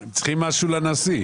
הם צריכים משהו לנשיא.